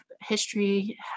history